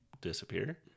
disappear